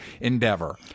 endeavor